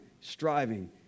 striving